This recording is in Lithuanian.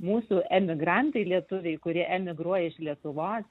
mūsų emigrantai lietuviai kurie emigruoja iš lietuvos